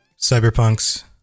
Cyberpunks